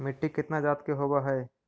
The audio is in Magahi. मिट्टी कितना जात के होब हय?